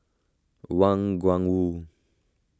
Wang Gungwu